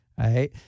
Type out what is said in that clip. Right